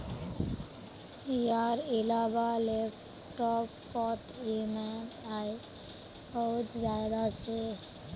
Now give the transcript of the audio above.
यार इलाबा लैपटॉप पोत ई ऍम आई बहुत ज्यादा छे